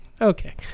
Okay